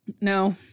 No